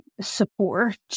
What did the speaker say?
support